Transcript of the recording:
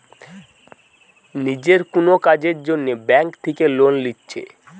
নিজের কুনো কাজের জন্যে ব্যাংক থিকে লোন লিচ্ছে